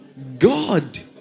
God